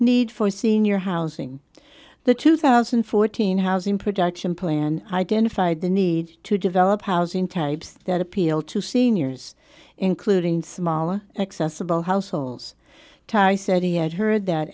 need for senior housing the two thousand and fourteen housing production plan identified the need to develop housing types that appeal to seniors including smaller accessible households tare said he had heard that